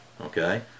Okay